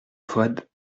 foad